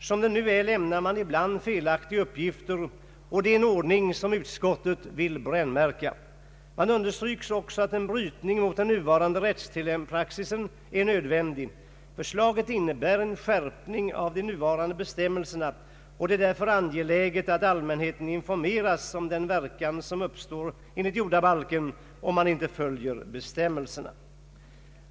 Som det nu är lämnas ibland felaktiga uppgifter, och det är en ordning som utskottet vill brännmärka. Det understryks också att en brytning mot nuvarande praxis är nödvändig. Förslaget innebär en skärpning av de nuvarande bestämmelserna, och det är därför angeläget att allmänheten informeras om den verkan som uppstår enligt jordabalken, om bestämmelserna inte följs.